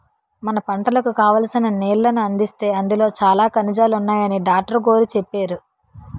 మన పంటలకు కావాల్సిన నీళ్ళను అందిస్తే అందులో చాలా ఖనిజాలున్నాయని డాట్రుగోరు చెప్పేరు